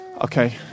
Okay